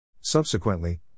Subsequently